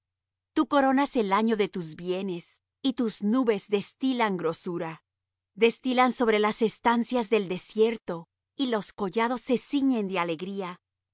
tú coronas el año de tus bienes y tus nubes destilan grosura destilan sobre las estancias del desierto y los collados se ciñen de alegría